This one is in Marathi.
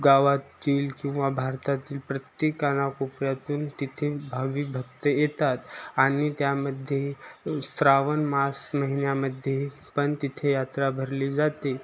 गावातील किंवा भारतातील प्रत्येक कानाकोपऱ्यातून तिथे भावीक भक्त येतात आणि त्यामध्ये श्रावण मास महिन्यामध्ये पण तिथे यात्रा भरली जाते